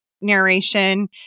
narration